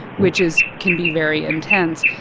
which is can be very intense.